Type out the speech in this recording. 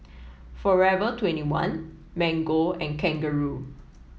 forever twenty one Mango and Kangaroo